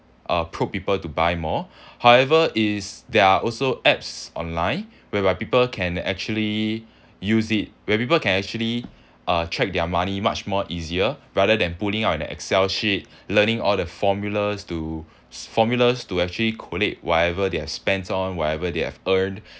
uh put people to buy more however it's there are also apps online whereby people can actually use it where people can actually uh check their money much more easier rather than pulling out an excel sheet learning all the formulas to formulas to actually collect whatever their spends on wherever they have earned